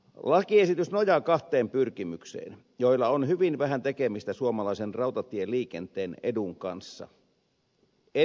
lakiesitys nojaa kahteen pyrkimykseen joilla on hyvin vähän tekemistä suomalaisen rautatieliikenteen edun kanssa